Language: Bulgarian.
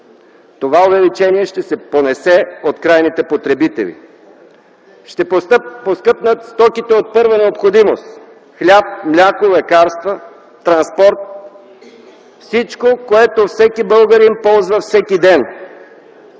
Това увеличение ще се понесе от крайните потребители. Ще поскъпнат стоките от първа необходимост – хляб, мляко, лекарства, транспорт, всичко, което всеки българин ползва всеки ден.